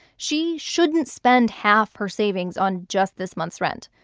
she shouldn't spend half her savings on just this month's rent.